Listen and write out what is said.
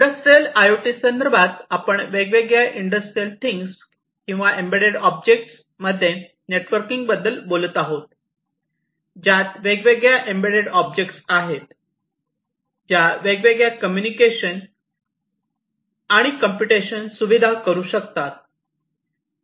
industrial I O T संदर्भात आपण वेगवेगळ्या इंडस्ट्रियल थिंग्स किंवा एम्बेडेड ऑब्जेक्ट मध्ये नेटवर्किंगबद्दल बोलत आहोत ज्यात वेगवेगळ्या एम्बेडेड ऑब्जेक्ट्स आहेत ज्या वेगवेगळ्या कम्प्युटेशन आणि कम्युनिकेशन सुविधा करू शकतात